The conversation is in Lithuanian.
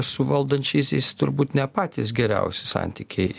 su valdančiaisiais turbūt ne patys geriausi santykiai